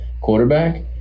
quarterback